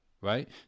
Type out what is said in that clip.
Right